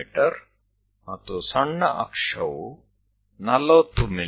me ಮತ್ತು ಸಣ್ಣ ಅಕ್ಷವು 40 ಮಿ